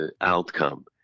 outcome